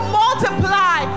multiply